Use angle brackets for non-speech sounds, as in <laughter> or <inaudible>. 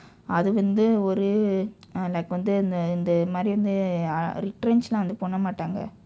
அது வந்து ஒரு:athu vandthu oru <noise> like வந்து இந்த இந்த மாதிரி வந்து:vandthu indtha indtha maathiri vandthu ah retrench எல்லாம் பண்ண மாட்டாங்க:ellaam panna matdaangka